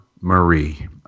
Marie